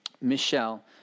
Michelle